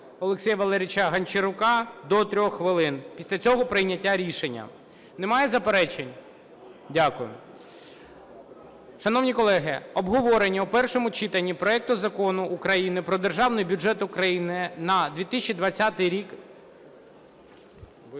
Олексія Валерійовича Гончарука – до 3 хвилин. Після цього прийняття рішення. Немає заперечень? Дякую. Шановні колеги, обговорення у першому читанні проекту Закону України про Державний бюджет України на 2020 рік...